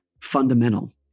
fundamental